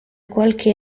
qualche